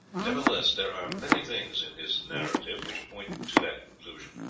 nevertheless there are many things in his narrative which point to that conclusion